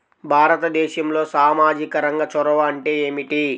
భారతదేశంలో సామాజిక రంగ చొరవ ఏమిటి?